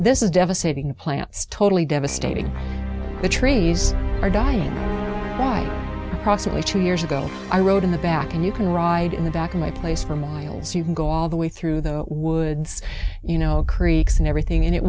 this is devastating plants totally devastating the trees are dying possibly two years ago i wrote in the back and you can ride in the back of my place for miles you can go all the way through the woods you know creeks and everything and it